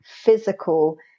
physical